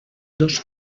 dos